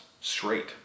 straight